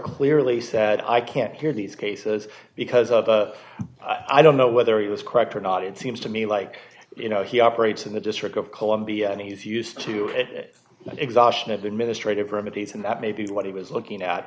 clearly said i can't hear these cases because i don't know whether it was correct or not it seems to me like you know he operates in the district of columbia and he if used to it and exhaustion of administrative remedies and that may be what he was looking at